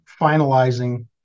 finalizing